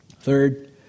Third